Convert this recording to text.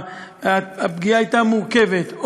הפגיעה הייתה מורכבת,